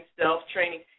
self-training